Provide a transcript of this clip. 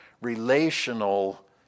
Relational